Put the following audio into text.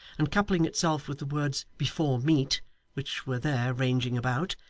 and coupling itself with the words before meat which were there ranging about,